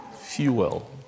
Fuel